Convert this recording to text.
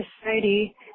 society